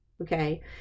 Okay